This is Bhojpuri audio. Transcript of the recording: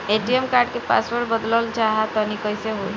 ए.टी.एम कार्ड क पासवर्ड बदलल चाहा तानि कइसे होई?